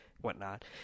whatnot